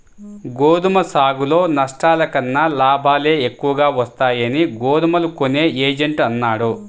గోధుమ సాగులో నష్టాల కన్నా లాభాలే ఎక్కువగా వస్తాయని గోధుమలు కొనే ఏజెంట్ అన్నాడు